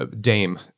Dame